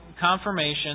confirmation